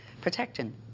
Protection